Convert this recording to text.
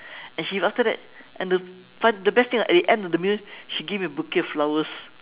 and she after that and the fun the best thing ah at the end of the meal she gave me a bouquet of flowers